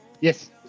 Yes